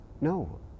no